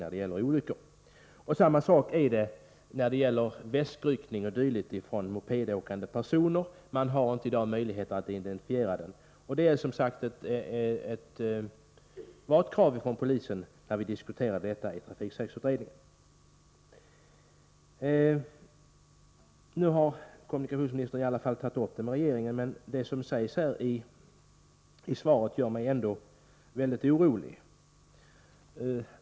Förhållandet är det samma när det gäller mopedåkande personers väskryckning o. d. Man har i dag inte möjlighet att identifiera dem. Att kunna göra det var som sagt ett krav från polisen, när vi diskuterade frågan i trafiksäkerhetsutredningen. Nu har kommunikationsministern i alla fall tagit upp frågan med regeringen, men det som sägs i svaret gör mig mycket orolig.